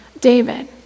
David